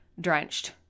drenched